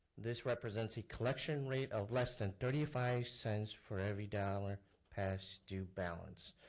this represents a collection rate of less than thirty five cents for every dollar past due balance,